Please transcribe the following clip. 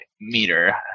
meter